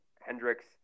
Hendricks